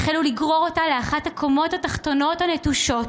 והחלו לגרור אותה לאחת הקומות התחתונות הנטושות,